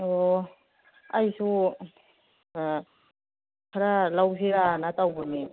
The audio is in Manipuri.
ꯑꯣ ꯑꯩꯁꯦ ꯈꯔ ꯂꯧꯁꯤꯔꯅ ꯇꯧꯕꯅꯤ